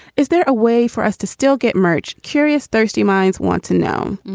is there a way for us to still get merche curious, thirsty minds want to know?